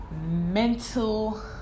mental